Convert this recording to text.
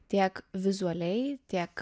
tiek vizualiai tiek